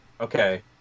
Okay